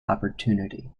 opportunity